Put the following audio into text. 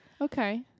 Okay